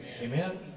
amen